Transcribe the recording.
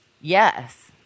yes